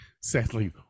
Sadly